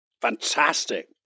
fantastic